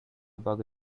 bug